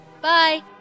Bye